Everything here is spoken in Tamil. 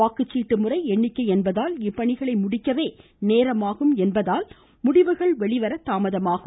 வாக்குச்சீட்டு முறை எண்ணிக்கை என்பதால் இப்பணிகளை முடிக்கவே நேரமாகும் என்பதால் முடிவுகள் வெளிவர தாமதமாகும்